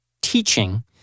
teaching